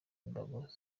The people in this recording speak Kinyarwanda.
imbago